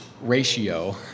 ratio